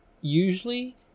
usually